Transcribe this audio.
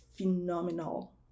phenomenal